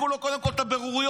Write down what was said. קודם כול תפסיקו לו את הבוררויות,